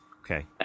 Okay